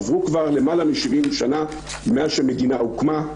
עברו כבר למעלה מ-70 שנה מאז שהמדינה הוקמה.